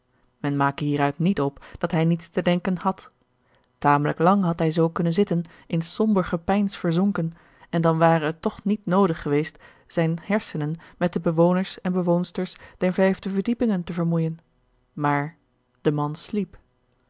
men make hieruit niet op dat hij niets te denken had tamelijk lang had hij zoo kunnen zitten in somber gepeins verzonken en dan ware het toch niet noodig geweest zijne hersenen met de bewoners en bewoonsters der vijfde verdiepingen te vermoeijen maar de man sliep